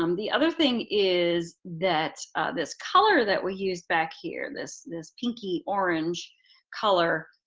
um the other thing is that this color that we use back here, this this pinky-orange color,